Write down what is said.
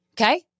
Okay